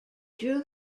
drew